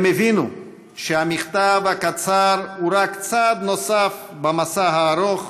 הם הבינו שהמכתב הקצר הוא רק צעד נוסף במסע הארוך